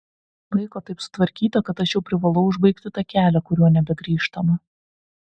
laiko taip sutvarkyta kad aš jau privalau užbaigti tą kelią kuriuo nebegrįžtama